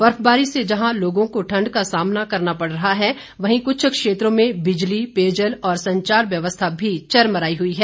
बर्फबारी से जहां लोगों को ठण्ड का सामना करना पड़ रहा है वहीं कुछ क्षेत्रों में विद्युत पेयजल और संचार व्यवस्था भी चरमराई हुई है